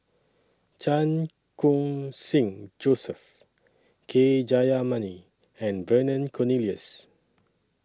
Chan Khun Sing Joseph K Jayamani and Vernon Cornelius